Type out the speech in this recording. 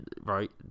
right